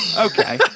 Okay